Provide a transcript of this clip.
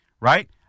right